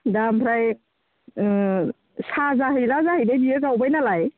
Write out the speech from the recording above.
दा आमफ्राय साहा जाहैला जाहैदो बेयो गावबाय नालाय